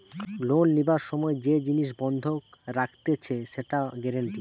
loan লিবার সময় যে জিনিস বন্ধক রাখতিছে সেটা গ্যারান্টি